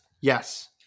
Yes